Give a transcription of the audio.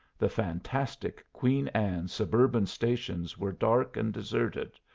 the fantastic queen anne suburban stations were dark and deserted,